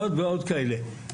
עוד ועוד כאלה.